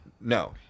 No